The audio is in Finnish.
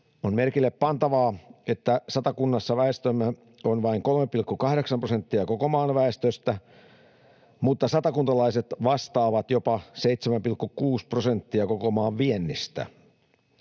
On merkille pantavaa, että Satakunnassa väestömme on vain 3,8 prosenttia koko maan väestöstä mutta satakuntalaiset vastaavat jopa 7,6 prosentista koko maan viennistä.